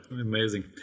Amazing